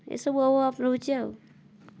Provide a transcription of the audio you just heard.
ଏହିସବୁ ଅଭାବ ରହୁଛି ଆଉ